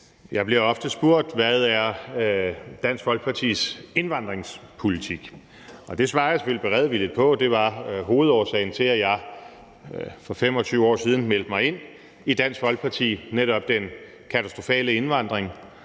Jeg bliver ofte spurgt, hvad Dansk Folkepartis indvandringspolitik er, og det svarer jeg selvfølgelig beredvilligt på. Hovedårsagen til, at jeg for 25 år siden meldte mig ind i Dansk Folkeparti, var netop den katastrofale indvandring.